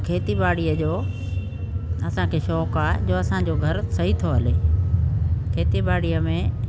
खेती ॿाड़ीअ जो असांखे शौक़ु आहे जो असांजो घरु सही थो हले खेती ॿाड़ीअ में